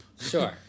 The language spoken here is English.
Sure